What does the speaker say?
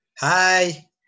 Hi